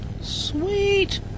Sweet